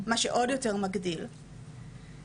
מה שעוד יותר מגדיל את העומס..